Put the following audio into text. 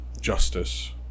justice